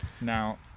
Now